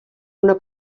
una